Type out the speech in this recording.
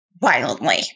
violently